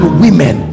women